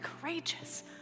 courageous